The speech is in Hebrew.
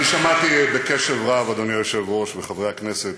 אני שמעתי בקשב רב, אדוני היושב-ראש וחברי הכנסת,